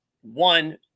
one